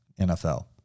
NFL